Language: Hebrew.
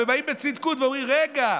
באים בצדקות ואומרים: רגע,